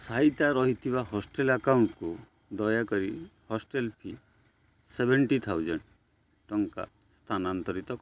ସାଇତା ରହିଥିବା ହଷ୍ଟେଲ୍ ଆକାଉଣ୍ଟ୍କୁ ଦୟାକରି ହଷ୍ଟେଲ୍ ଫି ସେଭେଣ୍ଟି ଥାଉଜେଣ୍ଟ୍ ଟଙ୍କା ସ୍ଥାନାନ୍ତରିତ କର